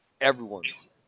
everyone's